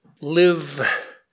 live